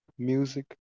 Music